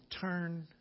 Turn